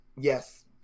yes